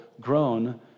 grown